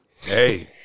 Hey